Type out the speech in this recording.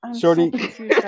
Shorty